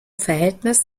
verhältnis